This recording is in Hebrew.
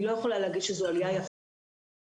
אני לא יכולה להגיד שזו עלייה יפה כמו